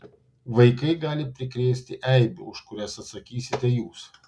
vaikai gali prikrėsti eibių už kurias atsakysite jūs